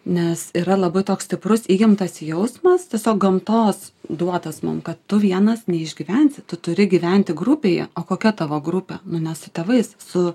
nes yra labai toks stiprus įgimtas jausmas tiesiog gamtos duotas mum kad tu vienas neišgyvensi tu turi gyventi grupėje o kokia tavo grupė nu ne su tėvais su